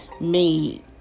made